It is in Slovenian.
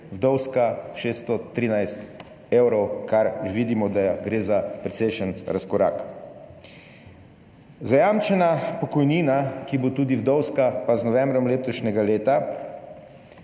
vdovska pa 613 evrov. Vidimo, da gre za precejšen razkorak. Zajamčena pokojnina, ki bo tudi vdovska, pa z novembrom letošnjega leta